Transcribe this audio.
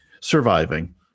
surviving